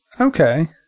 okay